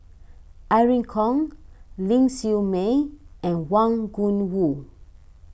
Irene Khong Ling Siew May and Wang Gungwu